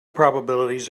probabilities